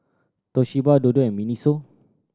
Toshiba Dodo and MINISO